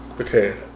Okay